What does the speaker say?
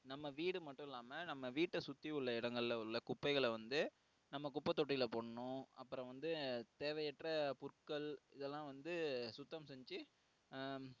நம்ம வீடு மட்டும் இல்லாமல் நம்ம வீட்டை சுற்றி உள்ள இடங்கள்ல உள்ள குப்பைகளை வந்து நம்ம குப்பைத் தொட்டியில் போடணும் அப்புறம் வந்து தேவையற்ற புற்கள் இதை எல்லாம் வந்து சுத்தம் செஞ்சு